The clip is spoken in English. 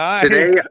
today